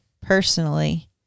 personally